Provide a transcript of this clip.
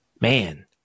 Man